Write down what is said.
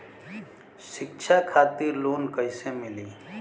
शिक्षा खातिर लोन कैसे मिली?